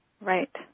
Right